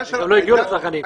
הם גם לא הגיעו לצרכנים.